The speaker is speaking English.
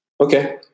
Okay